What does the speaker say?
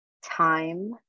time